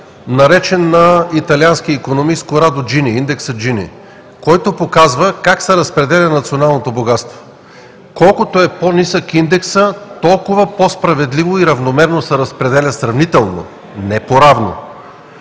наречен на италианския икономист Корадо Джини – Индексът Джини, който показва как се разпределя националното богатство: колкото е по-нисък индексът, толкова по-справедливо и равномерно се разпределя – сравнително, не по равно.